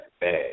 bad